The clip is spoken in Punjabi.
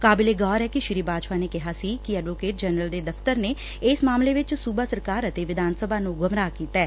ਕਾਬਲੇ ਗੌਰ ਐ ਕਿ ਸ੍ਰੀ ਬਾਜਵਾ ਨੇ ਕਿਹਾ ਸੀ ਕਿ ਐਡਵੋਕੇਟ ਜਨਰਲ ਦੇ ਦਫ਼ਤਰ ਨੇ ਇਸ ਮਾਮਲੇ ਚ ਸੁਬਾ ਸਰਕਾਰ ਤੇ ਵਿਧਾਨ ਸਭਾ ਨੂੰ ਗੁਮਰਾਹ ਕੀਤੈ